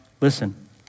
Listen